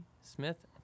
Smith